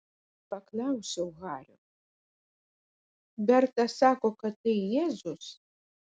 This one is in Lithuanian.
paklausiau hario berta sako kad tai jėzus